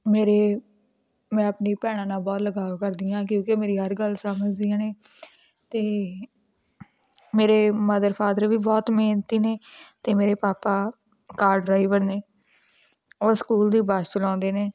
ਮੇਰੇ ਮੈਂ ਆਪਣੀ ਭੈਣਾਂ ਨਾਲ ਬਹੁਤ ਲਗਾਅ ਕਰਦੀ ਹਾਂ ਕਿਉਂਕਿ ਮੇਰੀ ਹਰ ਗੱਲ ਸਮਝਦੀਆਂ ਨੇ ਅਤੇ ਮੇਰੇ ਮਦਰ ਫਾਦਰ ਵੀ ਬਹੁਤ ਮਿਹਨਤੀ ਨੇ ਅਤੇ ਮੇਰੇ ਪਾਪਾ ਕਾਰ ਡਰਾਈਵਰ ਨੇ ਉਹ ਸਕੂਲ ਦੀ ਬੱਸ ਚਲਾਉਂਦੇ ਨੇ